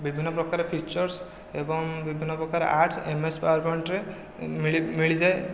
ବିଭିନ୍ନ ପ୍ରକାର ଫିଚର୍ସ ଏବଂ ବିଭିନ୍ନ ପ୍ରକାର ଆର୍ଟସ୍ ଏମ୍ ଏସ୍ ପାୱାରପଏଣ୍ଟରେ ମିଳି ମିଳିଯାଏ